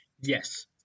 Yes